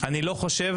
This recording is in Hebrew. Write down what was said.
לא חושב